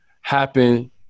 happen